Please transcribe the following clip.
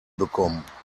bekommen